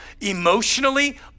emotionally